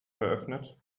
geöffnet